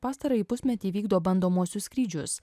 pastarąjį pusmetį vykdo bandomuosius skrydžius